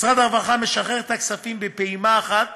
משרד הרווחה משחרר את הכספים בפעימה אחת